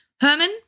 Herman